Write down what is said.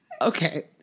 Okay